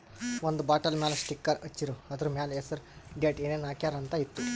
ಒಂದ್ ಬಾಟಲ್ ಮ್ಯಾಲ ಸ್ಟಿಕ್ಕರ್ ಹಚ್ಚಿರು, ಅದುರ್ ಮ್ಯಾಲ ಹೆಸರ್, ಡೇಟ್, ಏನೇನ್ ಹಾಕ್ಯಾರ ಅಂತ್ ಇತ್ತು